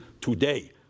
today